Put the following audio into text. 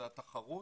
זו התחרות.